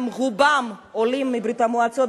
רובם הם עולים מברית-המועצות,